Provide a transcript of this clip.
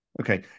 Okay